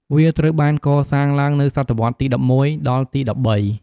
វាត្រូវបានកសាងឡើងនៅសតវត្សទី១១ ដល់ទី១៣។